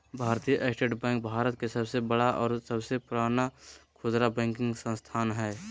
भारतीय State Bank Bharat के सबसे बड़ा और सबसे पुराना खुदरा बैंकिंग संस्थान हइ